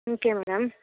okay madam